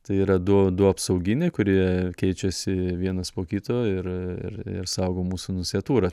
tai yra du du apsauginiai kurie keičiasi vienas po kito ir ir ir saugo mūsų nunciatūrą